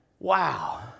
Wow